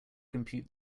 compute